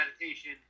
meditation